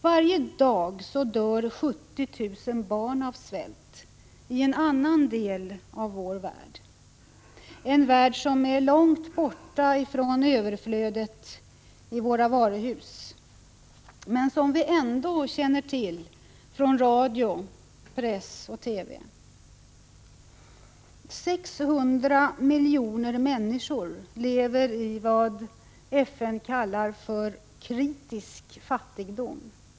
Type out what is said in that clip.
Varje dag dör 70 000 barn av svält i en annan del av vår värld, en värld som är långt borta från överflödet i våra varuhus men som vi ändå känner till från radio, press och TV. 600 miljoner människor lever i vad FN kallar kritisk fattigdom.